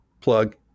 plug